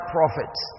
prophets